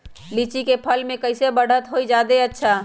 लिचि क फल म कईसे बढ़त होई जादे अच्छा?